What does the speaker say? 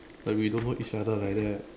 like we don't know each other like that